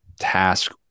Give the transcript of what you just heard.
task